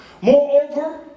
moreover